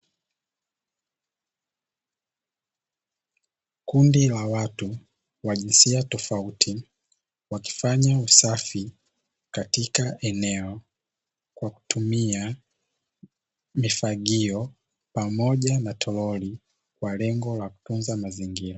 Kundi la watu wa jinsia tofauti wakifanya usafi katika eneo kwa kutumia mifagio pamoja na tololi kwa lengo la kutunza mazingira.